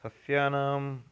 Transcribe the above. सस्यानाम्